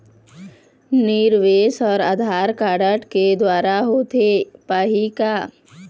निवेश हर आधार कारड के द्वारा होथे पाही का?